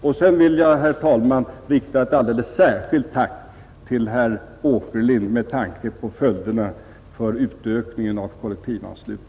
Till slut vill jag, herr talman, med tanke på den gynnsamma effekten på kollektivanslutningen, rikta ett alldeles särskilt tack till herr Åkerlind.